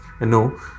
no